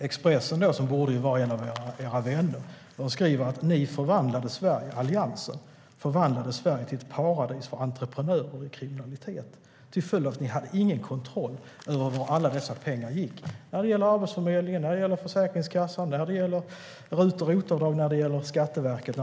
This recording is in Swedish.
Expressen borde ju vara en av era vänner, men de skriver att Alliansen förvandlade Sverige till ett paradis för entreprenörer och kriminalitet. Ni hade ingen kontroll över vart alla dessa pengar gick när det gäller Arbetsförmedlingen, Försäkringskassan, RUT och ROT-avdrag och Skatteverket.